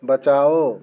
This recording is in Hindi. बचाओ